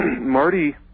Marty